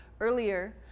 Earlier